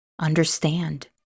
understand